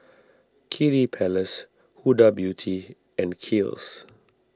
Kiddy Palace Huda Beauty and Kiehl's